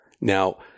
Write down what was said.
Now